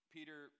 Peter